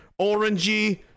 orangey